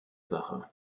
sache